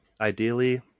Ideally